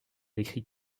décrit